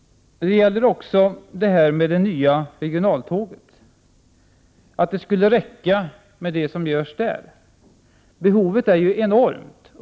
Det hävdas att det skulle räcka med det som görs beträffande det s.k. regionaltåget. Behovet är ju enormt.